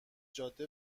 جاده